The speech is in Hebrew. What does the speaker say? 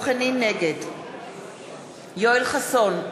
נגד יואל חסון,